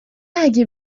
اگه